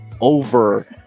over